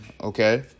okay